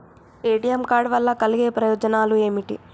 ATM card వల్ల కలిగే ప్రయోజనాలు ఏమిటి?